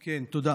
תודה.